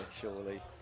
surely